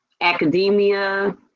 academia